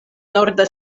norda